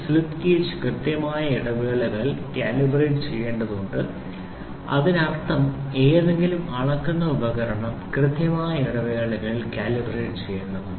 slip gauge കൃത്യമായ ഇടവേളകളിൽ calibrate ചെയ്യേണ്ടതുണ്ട് അതിനർത്ഥം ഏതെങ്കിലും അളക്കുന്ന ഉപകരണം കൃത്യമായ ഇടവേളകളിൽ കാലിബ്രേറ്റ് ചെയ്യേണ്ടതുണ്ട്